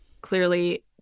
clearly